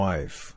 Wife